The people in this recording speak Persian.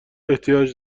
احتیاج